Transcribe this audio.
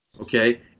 okay